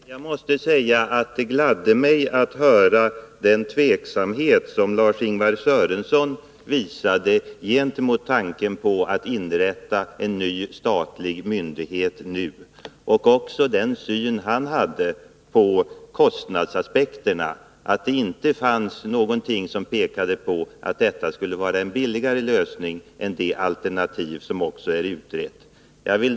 Herr talman! Jag måste säga att det gladde mig att höra att Lars-Ingvar Sörenson visade tveksamhet inför tanken på att inrätta en ny statlig myndighet nu. Jag är också glad över Lars-Ingvar Sörensons syn på kostnadsaspekterna; att det inte finns någonting som pekar på att den aktuella lösningen skulle vara billigare än det alternativ som är utrett.